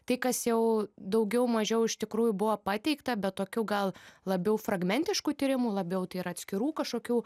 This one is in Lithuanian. tai kas jau daugiau mažiau iš tikrųjų buvo pateikta be tokių gal labiau fragmentiškų tyrimų labiau tai yra atskirų kašokių